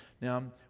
Now